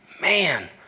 man